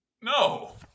No